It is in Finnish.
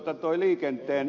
herra puhemies